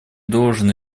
должен